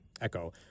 echo